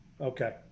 Okay